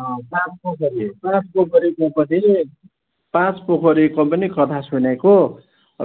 पाँच पोखरी पाँच पोखरीको पनि पाँच पोखरीको पनि कथा सुनेको